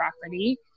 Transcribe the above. property